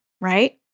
right